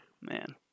Man